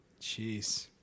Jeez